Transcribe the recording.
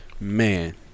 Man